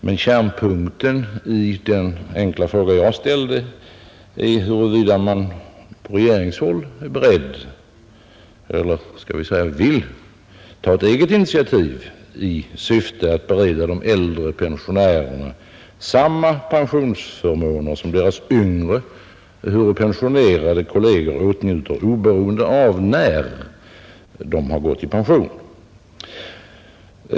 Men kärnpunkten i den enkla fråga jag ställt är huruvida man på regeringshåll är beredd att — eller skall vi säga vill — ta ett eget initiativ i syfte att bereda de äldre pensionärerna samma pensionsförmåner som deras yngre ehuru pensionerade kolleger åtnjuter, oberoende av när dessa har gått i pension.